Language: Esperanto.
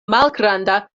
malgranda